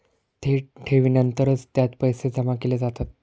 थेट ठेवीनंतरच त्यात पैसे जमा केले जातात